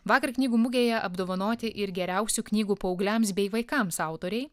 vakar knygų mugėje apdovanoti ir geriausių knygų paaugliams bei vaikams autoriai